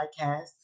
podcast